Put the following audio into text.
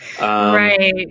Right